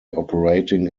operating